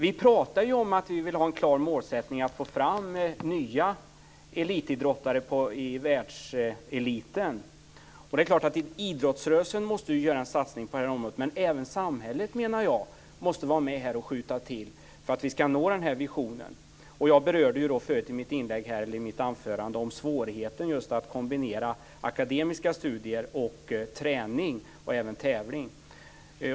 Vi talade om att vi ville ha en klar målsättning att få fram nya elitidrottare i världsklass. Det är klart att idrottsrörelsen måste göra en satsning på det här området, men även samhället måste vara med och skjuta till resurser för att vi ska kunna leva upp till denna vision. Jag berörde i mitt anförande svårigheterna att kombinera akademiska studier med träning och tävling.